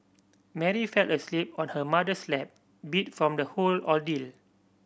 Mary fell asleep on her mother's lap beat from the whole ordeal